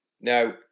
Now